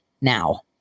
now